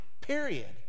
Period